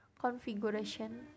configuration